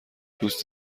دوست